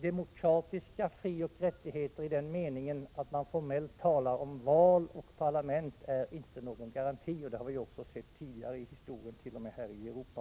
Demokratiska frioch rättigheter i den meningen att man formellt kan tala om val och om parlament är inte någon garanti, det har vi också tidigare i historien sett t.o.m. i Europa.